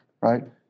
right